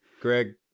Greg